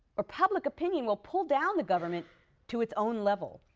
or public opinion will pull down the government to its own level.